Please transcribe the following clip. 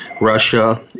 Russia